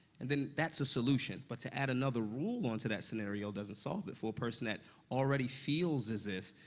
and then that's a solution. but to add another rule on to that scenario doesn't solve it for a person that already feels as if,